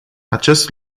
acest